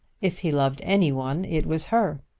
if he loved any one it was her.